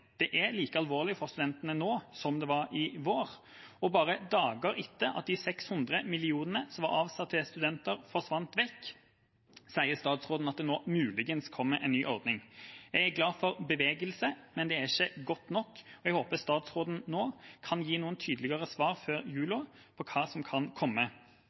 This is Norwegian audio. Det er like alvorlig for studentene nå som det var i vår, og bare dager etter at de 600 millionene som var avsatt til studenter, forsvant, sier statsråden at det nå muligens kommer en ny ordning. Jeg er glad for bevegelse, men det er ikke godt nok, og jeg håper statsråden kan gi noen tydeligere svar før jul på hva som kan komme.